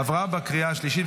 עברה בקריאה השלישית,